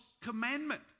commandment